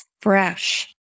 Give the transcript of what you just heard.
fresh